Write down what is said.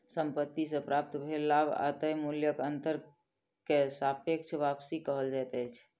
संपत्ति से प्राप्त भेल लाभ आ तय मूल्यक अंतर के सापेक्ष वापसी कहल जाइत अछि